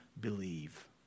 believe